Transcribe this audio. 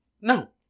No